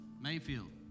mayfield